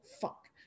fuck